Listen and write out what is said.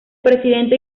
presidente